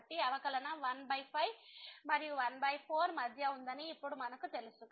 కాబట్టి అవకలనం 15 మరియు 14 మధ్య ఉందని ఇప్పుడు మనకు తెలుసు